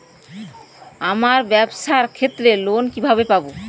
আমার ব্যবসার ক্ষেত্রে লোন কিভাবে পাব?